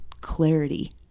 clarity